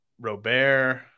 Robert